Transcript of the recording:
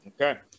Okay